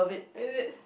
is it